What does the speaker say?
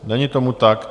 Není tomu tak.